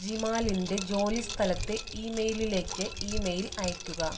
ജിമാലിൻ്റെ ജോലിസ്ഥലത്തെ ഇമെയിലിലേക്ക് ഈമെയിൽ അയയ്ക്കുക